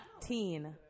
teen